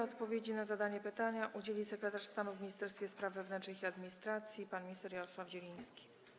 Odpowiedzi na zadane pytania udzieli sekretarz stanu w Ministerstwie Spraw Wewnętrznych i Administracji pan minister Jarosław Zieliński.